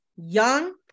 young